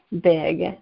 big